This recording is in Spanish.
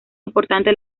importante